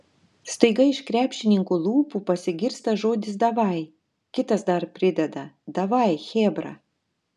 staiga iš krepšininkų lūpų pasigirsta žodis davai kitas dar prideda davai chebra